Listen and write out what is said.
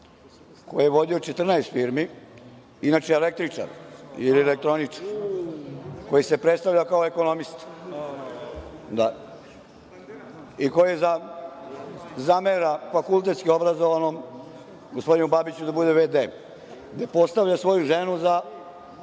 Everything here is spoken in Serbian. koji vodio 14 firmi, inače električar ili elektroničar, koji se predstavlja kao ekonomista i koji zamera fakultetski obrazovanom gospodinu Babiću da bude v.d, postavlja svoju ženu za